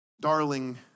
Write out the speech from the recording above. Darling